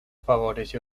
favoreció